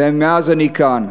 ומאז אני כאן.